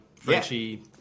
Frenchie